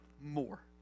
more